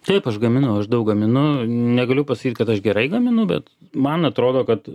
taip aš gaminu aš daug gaminu negaliu pasakyt kad aš gerai gaminu bet man atrodo kad